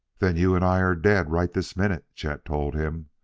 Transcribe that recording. then you and i are dead right this minute, chet told him.